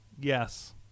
yes